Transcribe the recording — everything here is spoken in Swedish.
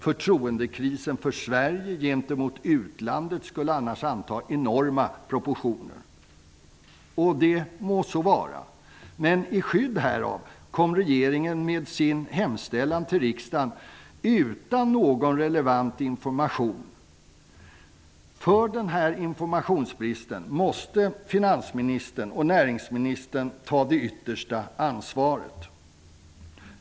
Förtroendekrisen för Sverige gentemot utlandet skulle annars anta enorma proportioner. Det må så vara! Men i skydd härav kom regeringen med sin hemställan till riksdagen utan någon relevant information. För den här informationsbristen måste finansministern och näringsministern ta det yttersta ansvaret.